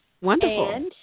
wonderful